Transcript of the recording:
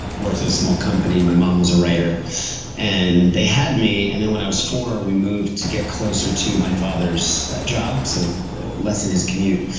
works at a small company. my mom was a writer and they had me. and when i was four we moved to get closer to my father's job, so lessen his commute.